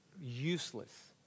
useless